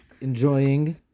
enjoying